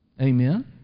Amen